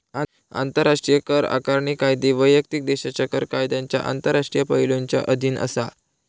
आंतराष्ट्रीय कर आकारणी कायदे वैयक्तिक देशाच्या कर कायद्यांच्या आंतरराष्ट्रीय पैलुंच्या अधीन असा